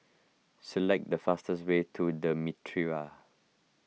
select the fastest way to the Mitraa